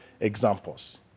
examples